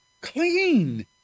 clean